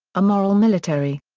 a moral military.